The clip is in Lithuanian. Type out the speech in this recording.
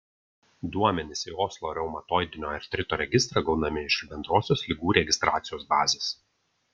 duomenys į oslo reumatoidinio artrito registrą gaunami iš bendrosios ligų registracijos bazės